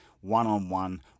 one-on-one